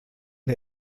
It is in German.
der